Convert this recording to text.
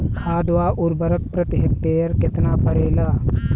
खाद व उर्वरक प्रति हेक्टेयर केतना परेला?